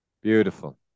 Beautiful